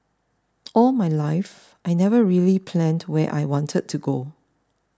all my life I never really planned where I wanted to go